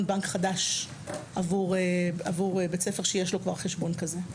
בנק חדש עבור בית ספר שיש לו כבר חשבון כזה.